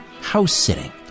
house-sitting